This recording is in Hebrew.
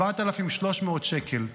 7,300 שקלים.